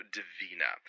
Divina